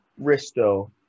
Risto